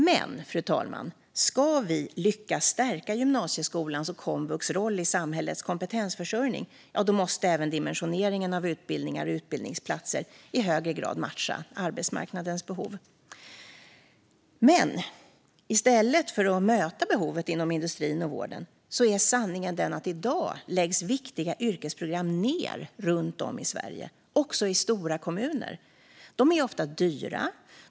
Men, fru talman, ska vi lyckas stärka gymnasieskolans och komvux roll i samhällets kompetensförsörjning måste även dimensioneringen av utbildningar och utbildningsplatser i högre grad matcha arbetsmarknadens behov. Sanningen är dock att viktiga yrkesprogram i dag läggs ned runt om i Sverige, också i stora kommuner, i stället för att möta behoven inom industrin och vården. De är ofta dyra.